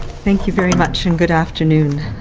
thank you very much and good afternoon.